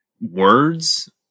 words